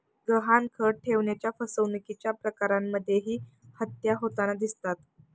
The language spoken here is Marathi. गहाणखत ठेवण्याच्या फसवणुकीच्या प्रकरणांमध्येही हत्या होताना दिसतात